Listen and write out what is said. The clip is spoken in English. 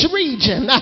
region